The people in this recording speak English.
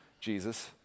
Jesus